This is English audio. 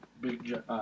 big